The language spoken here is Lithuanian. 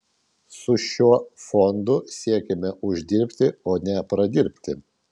su šiuo fondu siekiame uždirbti o ne pradirbti